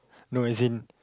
no as in